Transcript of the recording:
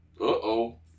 Uh-oh